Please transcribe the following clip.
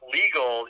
legal